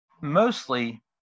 Mostly